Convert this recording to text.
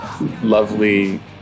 lovely